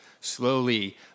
Slowly